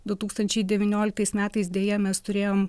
du tūkstančiai devynioliktais metais deja mes turėjom